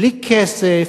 בלי כסף,